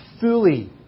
fully